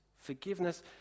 Forgiveness